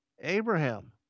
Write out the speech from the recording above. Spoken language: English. Abraham